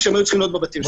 והיו צריכים להיות בבתיהם.